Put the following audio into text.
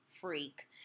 freak